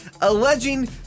alleging